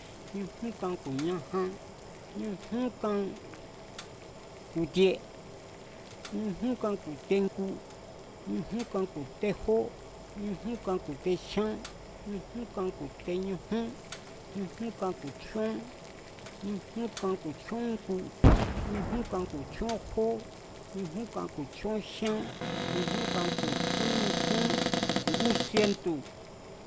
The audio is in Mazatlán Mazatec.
Ñujún kan ku̱ ñajan, ñujún kan ku̱ tie, ñujún kan ku̱ tejngu, ñjún kan ku̱ tejó, ñujún kan ku̱ tejyán, ñujún kan ku̱ teñujún, ñujún kan ku̱ tjíón, ñujún kan ku̱ tjíójngu, ñjún kan ku̱ tjíón jó, ñujún kan ku̱ tjíón jyán, ñujún kan ku̱ tjíó ñujún, ngusientu